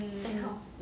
mm mm